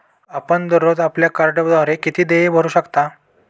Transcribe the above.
आपण दररोज आपल्या कार्डद्वारे किती देय भरू शकता?